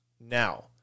Now